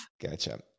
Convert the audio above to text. gotcha